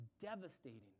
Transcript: devastating